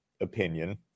opinion